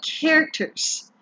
characters